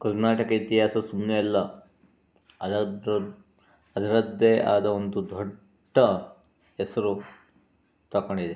ಕರ್ನಾಟಕ ಇತಿಹಾಸ ಸುಮ್ಮನೆ ಅಲ್ಲ ಅದರದ್ದೇ ಆದ ಒಂದು ದೊಡ್ಡ ಹೆಸರು ತಗೊಂಡಿದೆ